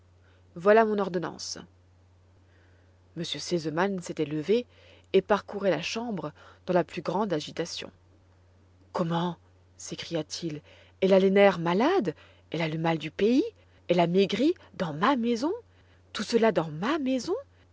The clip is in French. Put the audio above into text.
voilà mon ordonnance m r sesemann s'était levé et parcourait la chambre dans la plus grande agitation comment s'écria-t-il elle a les nerfs malades elle a le mal du pays elle a maigri dans ma maison tout cela dans ma maison